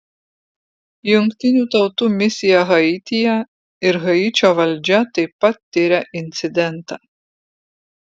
jungtinių tautų misija haityje ir haičio valdžia taip pat tiria incidentą